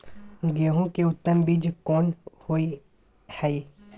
गेहूं के उत्तम बीज कोन होय है?